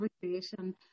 conversation